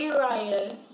ryan